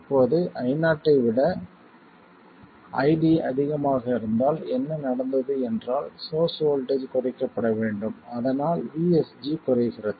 இப்போது Io ஐ விட ID அதிகமாக இருந்தால் என்ன நடந்தது என்றால் சோர்ஸ் வோல்ட்டேஜ் குறைக்கப்பட வேண்டும் அதனால் VSG குறைகிறது